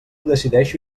decideixo